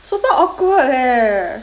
super awkward leh